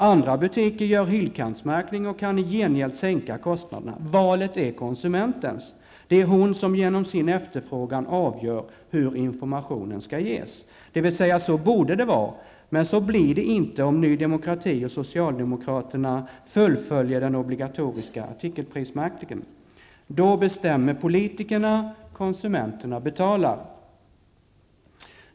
Andra butiker gör en hyllkantsmärkning och kan i gengäld sänka kostnaderna. Valet är konsumentens. Det är hon som genom sin efterfrågan avgör hur informationen skall ges. Så borde det vara -- men så blir det inte om Ny Demokrati och socialdemokraterna fullföljer den obligatoriska artikelprismärkningen. Då bestämmer politikerna -- konsumenterna betalar!